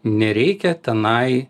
nereikia tenai